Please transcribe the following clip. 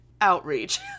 outreach